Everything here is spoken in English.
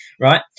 right